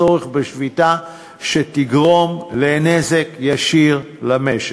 צורך בשביתה שתגרום נזק ישיר למשק.